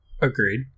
Agreed